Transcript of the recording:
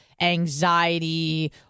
anxiety